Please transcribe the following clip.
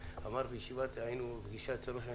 היינו בפגישה אצל ראש הממשלה,